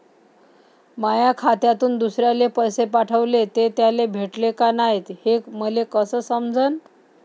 माया खात्यातून दुसऱ्याले पैसे पाठवले, ते त्याले भेटले का नाय हे मले कस समजन?